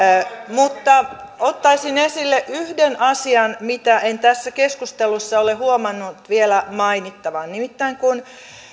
ottaisin esille yhden asian mitä en tässä keskustelussa ole huomannut vielä mainittavan nimittäin kun